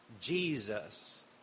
Jesus